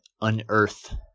unearth